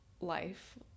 life